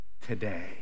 today